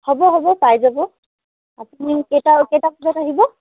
হ'ব হ'ব পাই যাব আপুনি কেইটা কেইটা বজাত আহিব